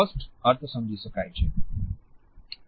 'મારે એક લાકડાનો ટુકડો જોઈએ છે તે ખૂબ ગરમ છે'